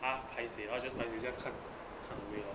他 paiseh 然后 just paisei 这样看看 away lor